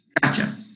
Gotcha